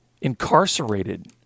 incarcerated